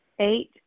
Eight